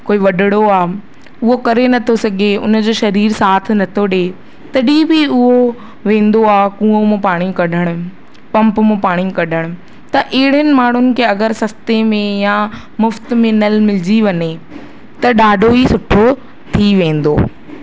कोई वॾड़ो आहे उहो करे न थो सघे उनजो शरीर साथ न थो ॾिए तॾहिं बि उहो वेंदो आहे कुआं मां पाणी कढण पंप मां पाणी कढण त अहिड़नि माण्हूनि खे सस्ते में या मुफ़्त में नल मिलजी वञे त ॾाढो ई सुठो थी वेंदो